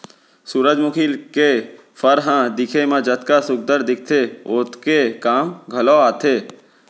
सुरूजमुखी के फर ह दिखे म जतका सुग्घर दिखथे ओतके काम घलौ आथे